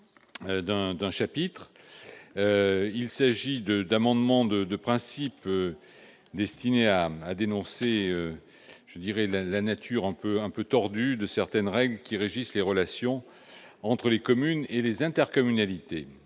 il s'agit d'amendements de principe destinés à dénoncer la nature un peu tordue de certaines règles qui régissent les relations entre les communes et les intercommunalités.